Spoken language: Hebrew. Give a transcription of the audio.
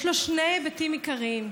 יש לו שני היבטים עיקריים: